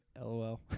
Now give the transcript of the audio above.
LOL